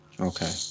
Okay